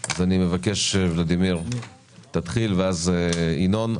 אז אני מבקש, ולדימיר, תתחיל, ואז ינון.